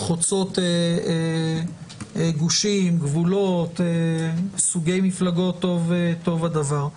חוצות גושים, גבולות, סוגי מפלגות טוב הדבר.